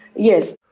yes.